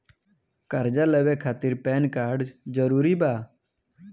कर्जा लेवे खातिर पैन कार्ड जरूरी बा?